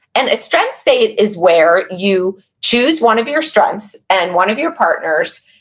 and a strengths stay is where you choose one of your strengths, and one of your partners',